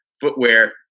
footwear